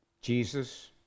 Jesus